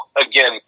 again